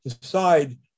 decide